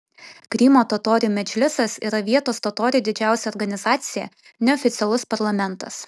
krymo totorių medžlisas yra vietos totorių didžiausia organizacija neoficialus parlamentas